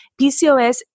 PCOS